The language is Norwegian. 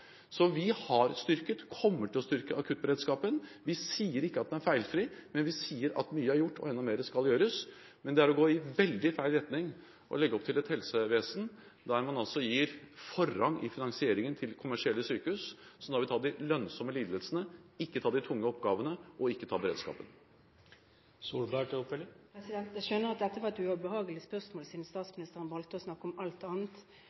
Så vi har styrket og kommer til å styrke akuttberedskapen. Vi sier ikke at den er feilfri, men vi sier at mye er gjort, og at enda mer skal gjøres. Men det er å gå i veldig feil retning å legge opp til et helsevesen der man gir forrang i finansieringen til kommersielle sykehus, som da vil ta de lønnsomme lidelsene, ikke ta de tunge oppgavene og ikke ta beredskapen. Jeg skjønner at dette var et ubehagelig spørsmål, siden statsministeren valgte å snakke om alt annet